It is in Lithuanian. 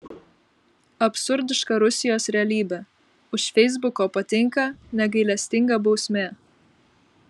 absurdiška rusijos realybė už feisbuko patinka negailestinga bausmė